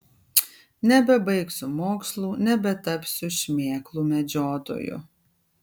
nebebaigsiu mokslų nebetapsiu šmėklų medžiotoju